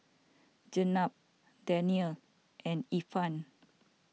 Jenab Danial and Irfan